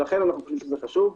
לכן אנו חושבים שזה חשוב.